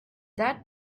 that